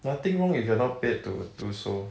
nothing wrong if you're not paid to do so